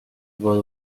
was